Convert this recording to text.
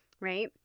right